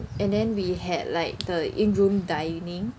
and then we had like the in room dining